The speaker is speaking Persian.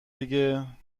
دیگه